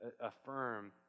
affirm